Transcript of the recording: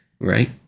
right